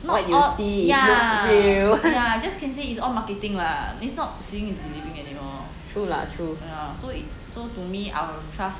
what you see is not real true lah true